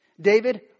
David